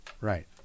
Right